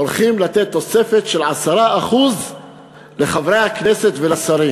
הולכים לתת תוספת של 10% לחברי הכנסת ולשרים,